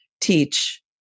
teach